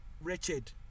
wretched